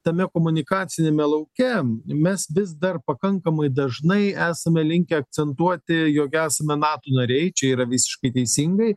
tame komunikaciniame lauke mes vis dar pakankamai dažnai esame linkę akcentuoti jog esame nato nariai čia yra visiškai teisingai